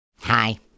Hi